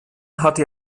hatte